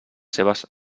seves